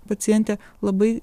pacientė labai